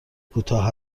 کوتاه